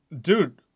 dude